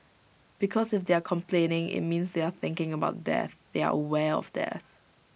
because if they are complaining IT means they are thinking about death they are aware of death